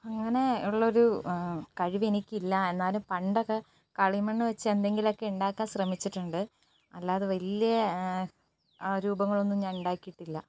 അങ്ങനെ ഉള്ളൊരു കഴിവെനിക്കില്ല എന്നാലും പണ്ടൊക്കെ കളിമണ്ണ് വച്ച് എന്തെങ്കിലുമൊക്കെ ഉണ്ടാക്കാൻ ശ്രമിച്ചിട്ടുണ്ട് അല്ലാതെ വലിയ രൂപങ്ങളൊന്നും ഞാൻ ഉണ്ടാക്കിയിട്ടില്ല